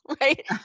right